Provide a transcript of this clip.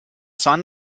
sign